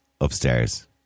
upstairs